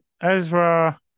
Ezra